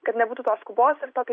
kad nebūtų tos skubos ir tokio